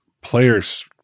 players